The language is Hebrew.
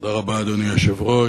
אדוני היושב-ראש,